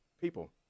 People